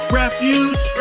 refuge